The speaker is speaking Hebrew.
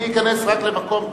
אני אכנס רק למקום,